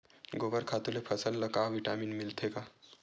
गोबर खातु ले फसल ल का विटामिन मिलथे का?